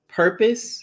purpose